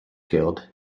guild